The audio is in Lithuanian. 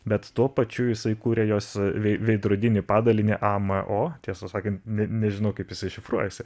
bet tuo pačiu jisai kūrė jos vei veidrodinį padalinį amo tiesą sakan ne nežinau kaip jisai šifruojasi